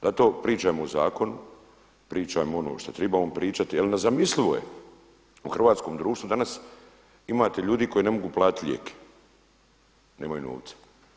Zato pričajmo o zakonu, pričajmo ono što tribamo pričati jer nezamislivo je u hrvatskom društvu danas imate ljudi koji ne mogu platiti lijek, nemaju novca.